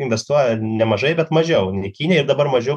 investuoja nemažai bet mažiau nei kinija ir dabar mažiau